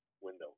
window